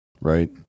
right